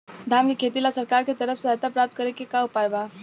धान के खेती ला सरकार के तरफ से सहायता प्राप्त करें के का उपाय बा?